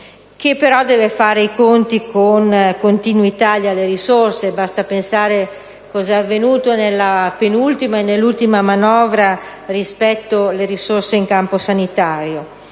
che però deve fare i conti con continui tagli alle risorse: basti pensare a cosa è accaduto nella penultima e nell'ultima manovra in materia di risorse in campo sanitario.